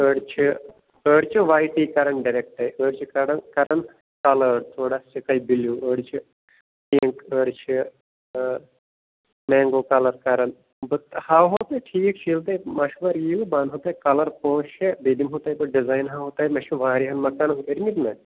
أڑۍ چھِ أڑۍ چھِ وایٹٕے کَران ڈَریکٹَے أڑۍ چھِ کَڑان کَران کَلٲڈ تھوڑا سِکاے بِلوٗ أڑۍ چھِ پِنٛک أڑۍ چھِ مینگو کَلَر کَران بہٕ ہاوہو تۄہہِ ٹھیٖک چھُ ییٚلہِ تۄہہِ مَشوَر یِیوٕ بہٕ اَنہو تۄہہِ کَلَر پانٛژھ شیٚے بیٚیہِ دِمہو تۄہہِ بہٕ ڈِزایِن ہاوہو تۄہہِ مےٚ چھُ واریاہَن مکان کٔرمٕتۍ نا